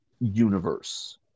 universe